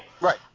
Right